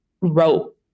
wrote